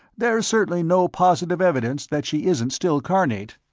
there's certainly no positive evidence that she isn't still carnate.